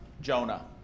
Jonah